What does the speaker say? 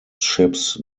ships